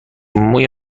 موی